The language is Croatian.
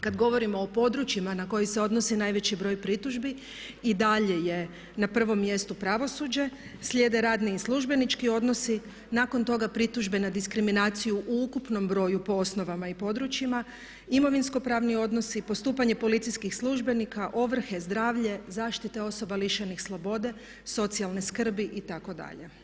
Kada govorimo o područjima na koji se odnosi najveći broj pritužbi i dalje je na prvom mjestu pravosuđe, slijede radni i službenički odnosi, nakon toga pritužbe na diskriminaciju u ukupnom broju po osnovama i područjima, imovinsko pravni odnosi, postupanje policijskih službenika, ovrhe, zdravlje, zaštita osoba lišenih slobode, socijalne skrbi itd.